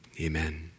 amen